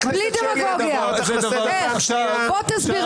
בוא תסביר.